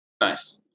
nice